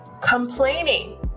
Complaining